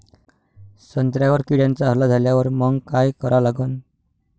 संत्र्यावर किड्यांचा हल्ला झाल्यावर मंग काय करा लागन?